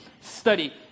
study